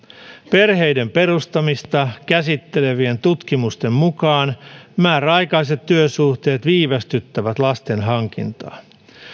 perheiden perustamista käsittelevien tutkimusten mukaan määräaikaiset työsuhteet viivästyttävät lastenhankintaa